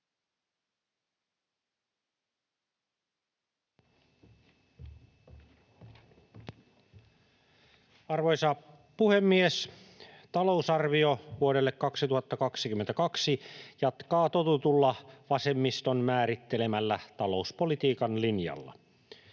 Arvoisa puhemies! Talousarvio vuodelle 2022 jatkaa totutulla vasemmiston määrittelemällä talouspolitiikan linjalla